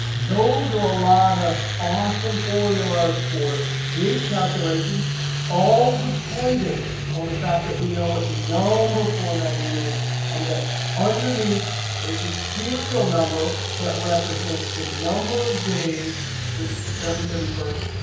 those are a lot of awesome formulas for date calculations all dependant on the fact that we know what number formatting is and that underneath there is a serial number that represents the number of days since december thirty one,